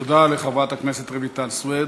תודה לחברת הכנסת רויטל סויד.